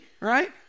right